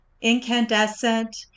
Incandescent